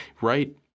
Right